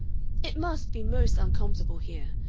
it must be most uncomfortable here.